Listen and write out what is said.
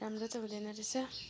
राम्रो त हुँदैन रहेछ